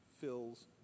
fills